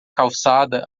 calçada